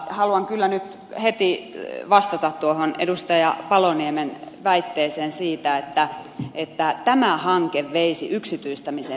haluan kyllä nyt heti vastata tuohon edustaja paloniemen väitteeseen siitä että tämä hanke veisi yksityistämisen tielle